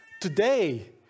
Today